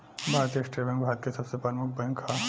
भारतीय state bank भारत के सबसे प्रमुख बैंक ह